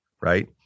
right